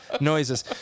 noises